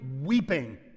weeping